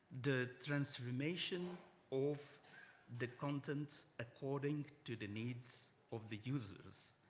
the transformation of the contents according to the needs of the users.